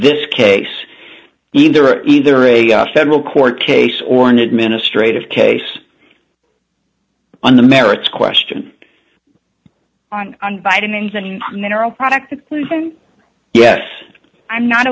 this case either either a federal court case or an administrative case on the merits question on on vitamins and minerals products yes i'm not